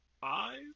five